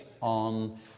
on